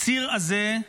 הציר הזה,